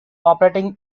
operating